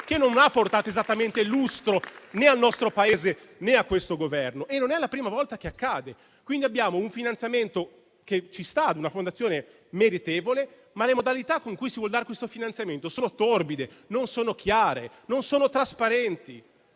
che non ha portato esattamente lustro né al nostro Paese né a questo Governo (e non è la prima volta che accade). Abbiamo un finanziamento ad una Fondazione meritevole (e questo ci sta), ma le modalità con cui si vuol dare questo finanziamento sono torbide, non sono chiare e trasparenti: